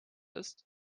ist